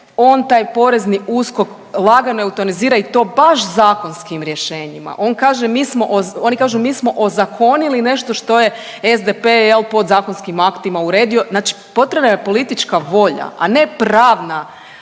on taj porezni USKOK lagano eutanazira i to baš zakonskim rješenjima. On kaže mi smo, oni kažu mi smo ozakonili nešto što je SDP jel podzakonskim aktima uredio, znači potrebna je politička volja, a ne pravna,